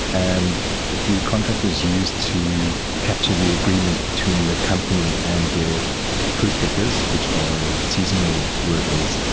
and the contract was used to capture the agreement between the company and their fruit pickers, which are seasonal workers,